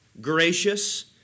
gracious